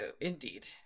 Indeed